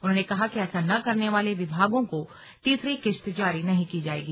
उन्होंने कहा कि ऐसा न करने वाले विभागों को तीसरी किस्त जारी नहीं की जायेगी